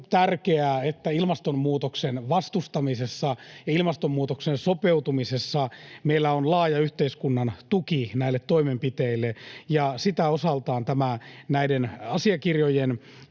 että ilmastonmuutoksen vastustamisessa ja ilmastonmuutokseen sopeutumisessa meillä on laaja yhteiskunnan tuki näille toimenpiteille, ja sitä osaltaan näiden asiakirjojen